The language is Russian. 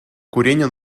курения